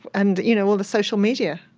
and you know all the social media?